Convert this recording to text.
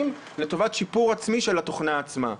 לטובת שיפור עצמי של התוכנה עצמה?